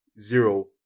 zero